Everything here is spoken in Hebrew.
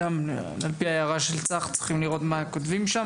על פי ההערה של צח צריכים לראות מה כותבים שם.